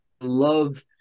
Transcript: love